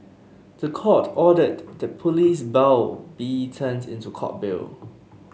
the Court ordered that police bail be turned into Court bail